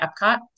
Epcot